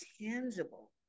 tangible